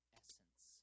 essence